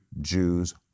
Jews